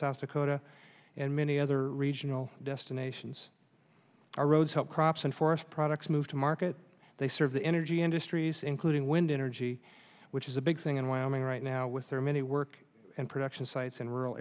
south dakota and many other regional destinations our roads help crops and forest products move to market they serve the energy industries including wind energy which is a big thing in wyoming right now with their many work and production sites in rural